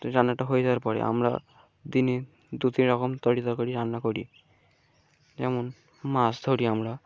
ত রান্নাটা হয়ে যাওয়ার পরে আমরা দিনে দু তিন রকম তরি তরকারি রান্না করি যেমন মাছ ধরি আমরা